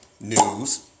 news